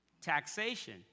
taxation